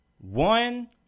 One